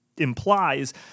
implies